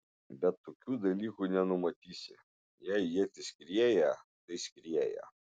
bet tokių dalykų nenumatysi jei ietis skrieja tai skrieja